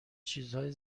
چیزهای